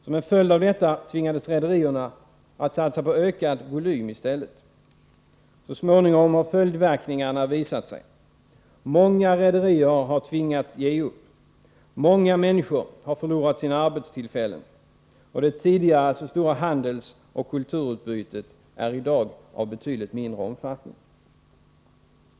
Som en följd av detta tvingades rederierna att satsa på ökad volym i stället. Så småningom har följdverkningarna visat sig. Många rederier har tvingats ge upp. Många människor har förlorat sina arbetstillfällen, och det tidigare så stora handelsoch kulturutbytet är i dag av betydligt mindre omfattning.